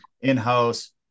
in-house